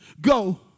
go